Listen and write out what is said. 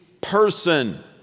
person